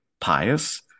pious